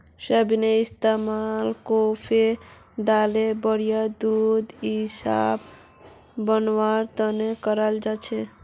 सोयाबीनेर इस्तमाल टोफू दाल बड़ी दूध इसब बनव्वार तने कराल जा छेक